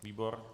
Výbor?